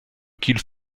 qu’il